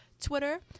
Twitter